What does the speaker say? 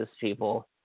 people